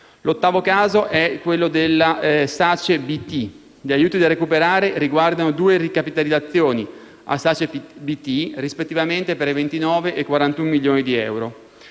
L'ottavo caso concerne la SACE BT: gli aiuti da recuperare riguardano due ricapitalizzazioni a SACE BT, rispettivamente per 29 e 41 milioni di euro.